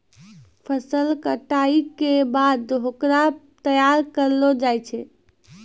फसल कटाई के बाद होकरा तैयार करलो जाय छै